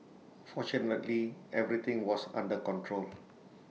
fortunately everything was under control